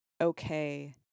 okay